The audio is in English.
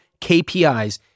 KPIs